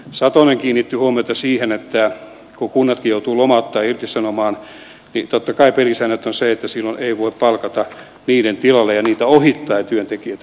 satonen kiinnitti huomiota siihen että kun kunnatkin joutuvat lomauttamaan ja irtisanomaan niin totta kai pelisäännöt ovat ne että silloin ei voi palkata niiden tilalle ja niitä ohittaen työntekijöitä